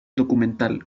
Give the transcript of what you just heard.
documental